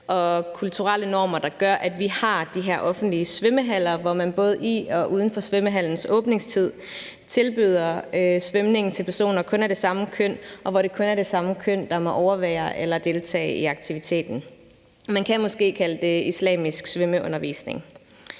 og kulturelle normer, der gør, at vi har de her offentlige svømmehaller, hvor man både i og uden for svømmehallernes åbningstid tilbyder svømning til personer kun af det samme køn, og hvor det kun er det samme køn, der må overvære eller deltage i aktiviteten. Man kan måske kalde det islamisk svømmeundervisning.